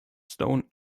stone